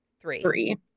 three